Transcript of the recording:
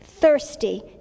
Thirsty